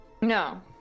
No